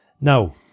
now